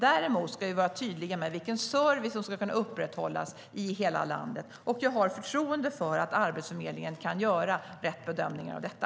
Däremot ska vi vara tydliga med vilken service som ska kunna upprätthållas i hela landet. Jag har förtroende för att Arbetsförmedlingen kan göra rätt bedömningar av detta.